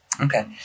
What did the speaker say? Okay